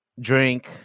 drink